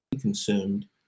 consumed